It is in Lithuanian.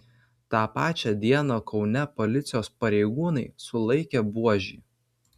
tą pačią dieną kaune policijos pareigūnai sulaikė buožį